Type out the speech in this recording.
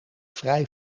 vrij